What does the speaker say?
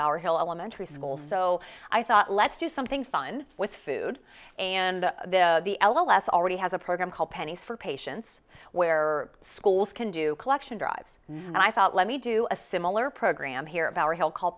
power hill elementary school so i thought let's do something fun with food and the ls already has a program called pennies for patients where schools can do collection drives and i thought let me do a similar program here of our help call